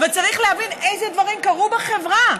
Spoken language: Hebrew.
אבל צריך להבין איזה דברים קרו בחברה.